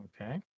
Okay